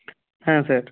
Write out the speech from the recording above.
হ্যাঁ স্যার